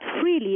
freely